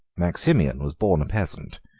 maximian was born a peasant,